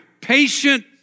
patient